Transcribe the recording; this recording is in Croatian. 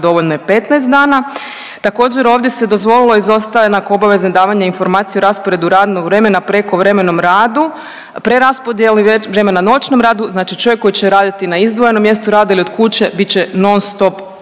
dovoljno je 15 dana. Također, ovdje se dozvolilo izostanak obaveze davanja informacije o rasporedu radnog vremena, prekovremenom radu, preraspodjeli vrijeme na noćnom radu. Znači čovjek koji će raditi na izdvojenom mjestu rada ili od kuće bit će non stop